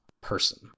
person